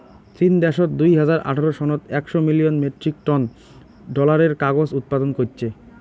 চীন দ্যাশত দুই হাজার আঠারো সনত একশ মিলিয়ন মেট্রিক টন ডলারের কাগজ উৎপাদন কইচ্চে